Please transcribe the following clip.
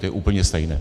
To je úplně stejné.